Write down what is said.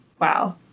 Wow